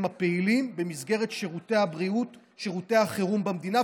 הפעילים במסגרת שירותי החירום במדינה,